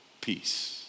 Peace